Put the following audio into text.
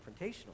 confrontational